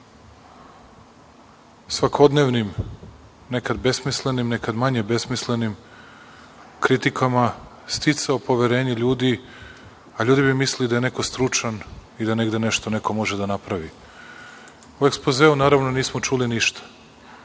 svakodnevnim, nekad besmislenim, nekad manje besmislenim kritikama sticao poverenje ljudi, a ljudi bi mislili da je neko stručan i da negde nešto neko može da napravi.U ekspozeu naravno nismo čuli ništa,